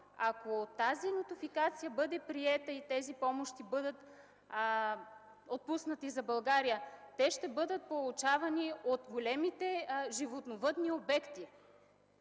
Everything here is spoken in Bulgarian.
ако тази нотификация бъде приета и помощите бъдат отпуснати за България, те ще бъдат получавани от големите животновъдни обекти.